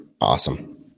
Awesome